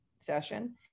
session